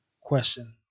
question